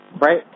right